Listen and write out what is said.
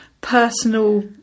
personal-